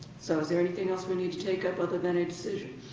so is there anything else we need to take up other than a decision.